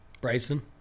Bryson